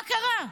מה קרה?